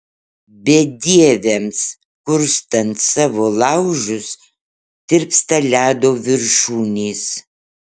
bedieviams kurstant savo laužus tirpsta ledo viršūnės